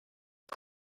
for